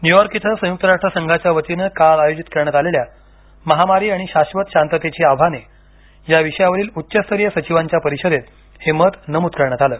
New York इथं संयुक्त राष्ट्र संघाच्या वतीनं काल आयोजित करण्यात आलेल्या महामारी आणि शाश्वत शांततेची आव्हाने या विषयावरील उच्चस्तरीय सचिवांच्या परिषदेत हे मत नमूद करण्यात आलं